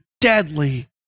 deadly